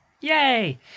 Yay